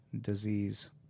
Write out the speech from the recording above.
disease